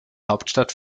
hauptstadt